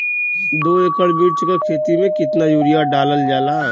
दो एकड़ मिर्च की खेती में कितना यूरिया डालल जाला?